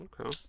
Okay